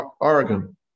Oregon